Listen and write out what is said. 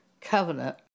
Covenant